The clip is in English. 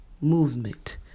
Movement